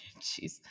Jeez